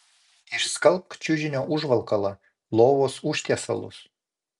išskalbk čiužinio užvalkalą lovos užtiesalus